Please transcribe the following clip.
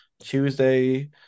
tuesday